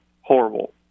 horrible